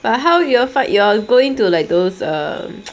but how you all find you all going to like those um